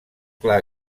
clar